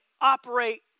operate